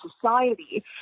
society